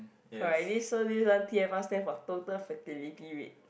correct this so this one t_f_r stand for total fertility rate